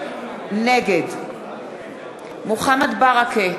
נגד מוחמד ברכה,